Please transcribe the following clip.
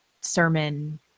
sermon